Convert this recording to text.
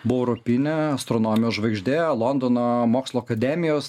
buvo europinė astronomijos žvaigždė londono mokslo akademijos